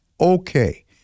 Okay